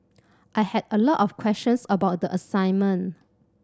I had a lot of questions about the assignment